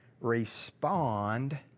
respond